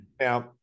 Now